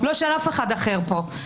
לא של אף אחד אחר פה.